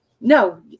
no